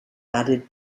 added